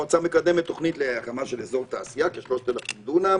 המועצה מקדמת תוכנית להקמה של אזור תעשייה של כ-3,000 דונם